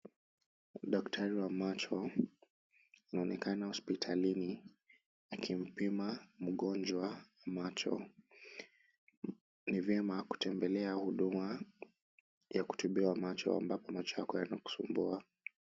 Daktari wa macho anaonekana hospitalini akimpima mgonjwa macho. Ni vyema kutembelea huduma ya kutibiwa macho ambapo macho yako yanakusumbua.